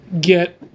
get